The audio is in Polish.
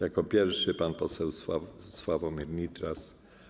Jako pierwszy pan poseł Sławomir Nitras.